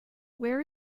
where